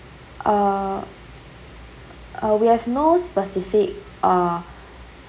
uh uh we have no specific uh